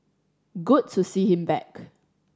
good to see him back